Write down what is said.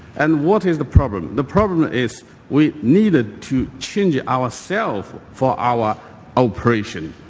and what is the problem? the problem is we needed to change ourselves for our operation.